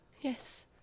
Yes